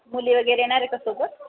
मुली वगैरे येणार आहे का सोबत